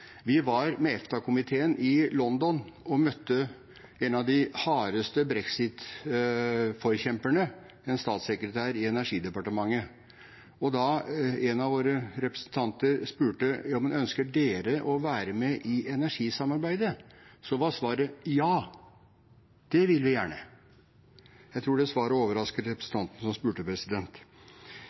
Vi var med EFTA-komiteen i London og møtte en av de hardeste brexit-forkjemperne, en statssekretær i energidepartementet. En av våre representanter spurte: Ønsker dere å være med i energisamarbeidet? Svaret var: Ja, det vil vi gjerne. Jeg tror det svaret overrasket representanten som spurte.